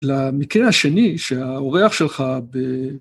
למקרה השני שהעורך שלך ב...